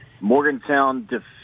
Morgantown